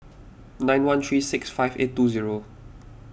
nine one three six five eight two zero